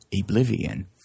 oblivion